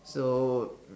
so